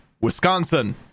Wisconsin